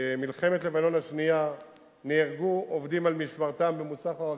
במלחמת לבנון השנייה נהרגו עובדים על משמרתם במוסך הרכבת.